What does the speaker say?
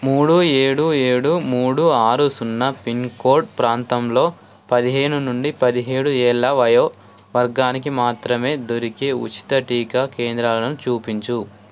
మూడు ఏడు ఏడు మూడు ఆరు సున్నా పిన్ కోడ్ ప్రాంతంలో పదిహేను నుండి పదిహేడు ఏళ్ళ వయో వర్గానికి మాత్రమే దొరికే ఉచిత టీకా కేంద్రాలను చూపించు